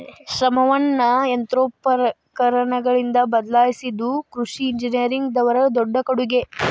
ಶ್ರಮವನ್ನಾ ಯಂತ್ರೋಪಕರಣಗಳಿಂದ ಬದಲಾಯಿಸಿದು ಕೃಷಿ ಇಂಜಿನಿಯರಿಂಗ್ ದವರ ದೊಡ್ಡ ಕೊಡುಗೆ